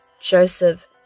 Joseph